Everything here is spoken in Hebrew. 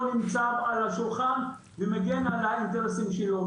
ניצב על השולחן ומגן על האינטרסים שלו.